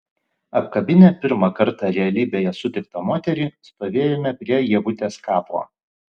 apkabinę pirmą kartą realybėje sutiktą moterį stovėjome prie ievutės kapo